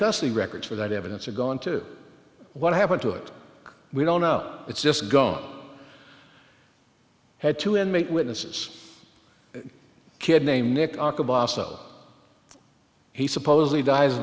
custody records for that evidence are gone to what happened to it we don't know it's just gone head to and make witnesses kid named nick he supposedly dies